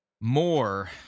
More